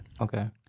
Okay